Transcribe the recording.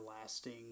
lasting